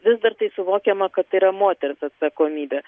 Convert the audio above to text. vis dar tai suvokiama kad yra moters atsakomybė